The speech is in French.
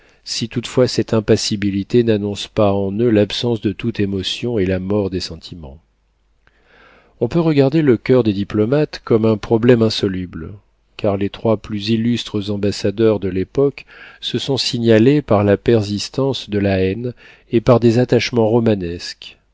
si toutefois cette impassibilité n'annonce pas en eux l'absence de toute émotion et la mort des sentiments on peut regarder le coeur des diplomates comme un problème insoluble car les trois plus illustres ambassadeurs de l'époque se sont signalés par la persistance de la haine et par des attachements romanesques